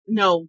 no